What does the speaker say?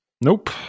Nope